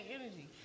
energy